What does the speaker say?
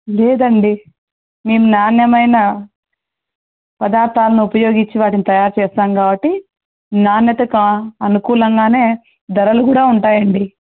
లేదండి మేము నాణ్యమైన పదార్థాలను ఉపయోగించి వాటిని తయారు చేస్తాం కాబట్టి నాణ్యత కా అనుకూలంగా ధరలు కూడా ఉంటాయండి